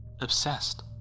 obsessed